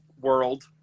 world